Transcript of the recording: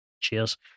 cheers